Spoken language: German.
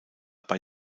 bei